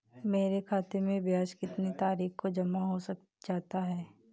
मेरे खाते में ब्याज कितनी तारीख को जमा हो जाता है?